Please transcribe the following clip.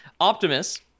Optimus